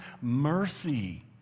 mercy